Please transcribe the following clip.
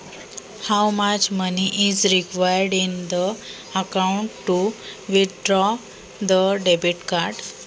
Debit card काढण्यासाठी अकाउंटमध्ये किती पैसे हवे असतात?